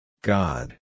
God